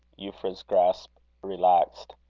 euphra's grasp relaxed.